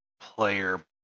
player